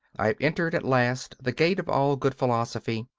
i have entered at last the gate of all good philosophy.